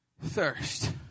thirst